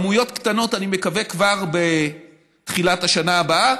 אני מקווה שכמויות קטנות כבר בתחילת השנה הבאה,